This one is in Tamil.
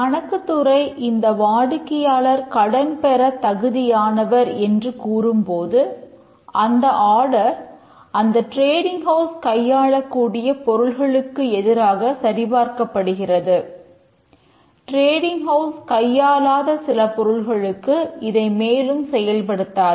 கணக்குத்துறை இந்த வாடிக்கையாளர் கடன் பெற தகுதியானவர் என்று கூறும்போது இந்த ஆடர் கையாளாத சில பொருட்களுக்கு இதை மேலும் செயல்படுத்தாது